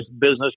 business